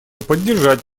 поддержать